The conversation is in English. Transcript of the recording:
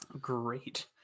great